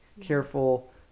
careful